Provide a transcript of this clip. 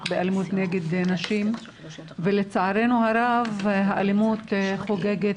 באלימות נגד נשים ולצערנו הרב האלימות חוגגת